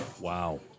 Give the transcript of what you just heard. Wow